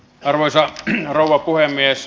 arvoisa rouva puhemies